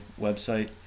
website